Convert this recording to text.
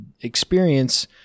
experience